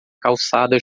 calçada